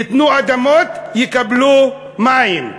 ייתנו אדמות, יקבלו מים.